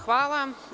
Hvala.